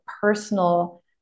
personal